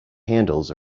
handles